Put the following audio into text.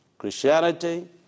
Christianity